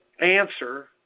answer